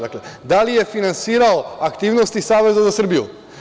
Da li je finansirao aktivnosti Saveza za Srbiju?